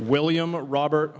william robert